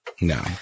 No